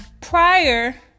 prior